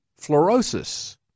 fluorosis